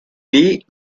bmw